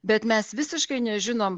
bet mes visiškai nežinom